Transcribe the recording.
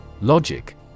Logic